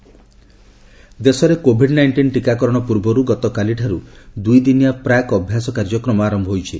Covid dry run ଦେଶରେ COVID nineteen ଟୀକାକରଣ ପୂର୍ବରୁ ଗତକାଲିଠାରୁ ଦୁଇଦିନିଆ ପ୍ରାକ୍ ଅଭ୍ୟାସ କାର୍ଯ୍ୟକ୍ରମ ଆରମ୍ଭ ହୋଇଛି